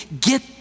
get